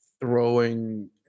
throwing